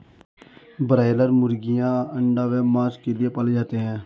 broiler मुर्गीयां अंडा व मांस के लिए पाले जाते हैं